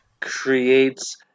creates